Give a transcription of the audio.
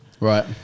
Right